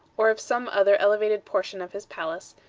or of some other elevated portion of his palace,